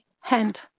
hand